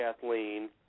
Kathleen